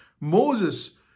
Moses